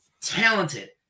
talented